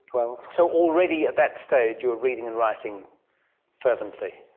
twelve. so already at that stage you were reading and writing fervently.